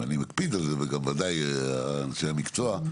אני מקפיד על זה וגם ודאי אנשי המקצוע,